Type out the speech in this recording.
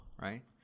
right